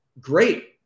great